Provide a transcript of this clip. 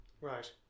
Right